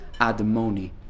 admoni